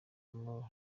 nord